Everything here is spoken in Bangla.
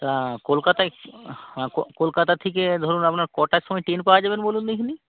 তা কলকাতায় হ্যাঁ কলকাতা থেকে ধরুন আপনার কটার সময় ট্রেন পাওয়া যাবেন বলুন দেখি নি